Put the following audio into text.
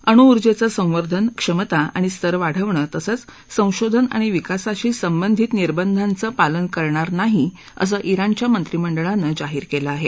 अणू ऊर्जेचं संवर्धन क्षमता आणि स्तर वाढवणं तसंच संशोधन आणि विकासाशी संबंधित निर्बंधांचं पालन करणार नाही असं इराणच्या मंत्रिमंडळानं जाहीर केलं आहे